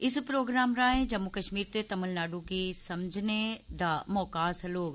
इस प्रोग्राम राएं जम्मू कश्मीर ते तमिलनाडू गी समझने दा मौका हासल होग